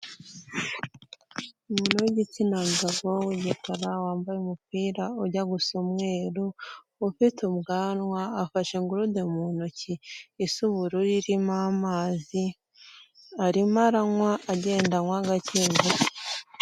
Umuntu w'igitsina gabo w'igikara wambaye umupira ujya gusa umweru, ufite ubwanwa afashe gurude mu ntoki isa ubururu irimo amazi, arimo aranywa agenda anywa gake gake.